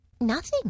Nothing